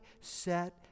set